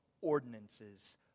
ordinances